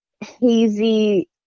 hazy